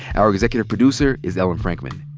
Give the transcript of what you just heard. our executive producer is ellen frankman.